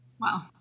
Wow